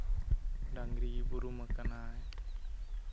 ᱰᱟᱝᱨᱤ ᱵᱩᱨᱩᱢ ᱟᱠᱟᱱᱟᱭ